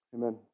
Amen